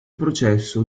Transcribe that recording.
processo